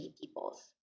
peoples